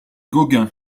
gauguin